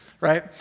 right